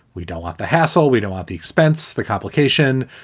we don't want the hassle. we don't want the expense, the complication.